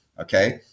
Okay